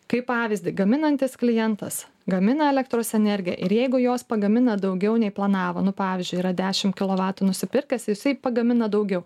kaip pavyzdį gaminantis klientas gamina elektros energiją ir jeigu jos pagamina daugiau nei planavo nu pavyzdžiui yra dešim kilovatų nusipirkęs jisai pagamina daugiau